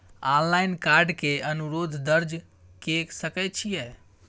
Online card के अनुरोध दर्ज के सकै छियै?